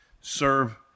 serve